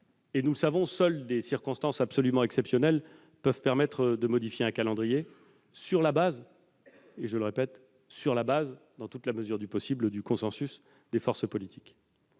et, nous le savons, seules des circonstances absolument exceptionnelles peuvent permettre d'en modifier le calendrier, sur la base, dans toute la mesure du possible, du consensus des forces politiques.